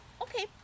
Okay